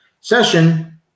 session